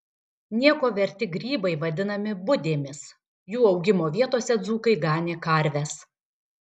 nieko verti grybai vadinami budėmis jų augimo vietose dzūkai ganė karves